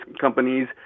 companies